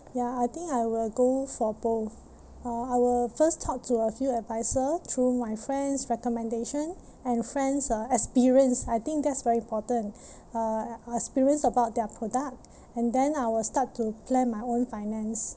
ya I think I will go for both uh I will first talk to a few advisor through my friends' recommendation and friends' uh experience I think that's very important uh experience about their product and then I will start to plan my own finance